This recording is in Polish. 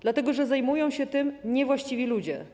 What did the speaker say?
Dlatego że zajmują się tym niewłaściwi ludzie.